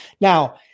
Now